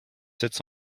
sits